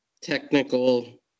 technical –